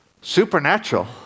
Supernatural